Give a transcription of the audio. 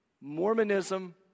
Mormonism